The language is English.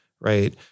Right